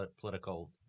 political